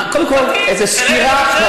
קודם כול, איזו סקירה.